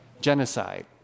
genocide